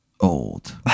Old